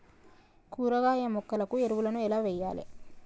కూరగాయ మొక్కలకు ఎరువులను ఎలా వెయ్యాలే?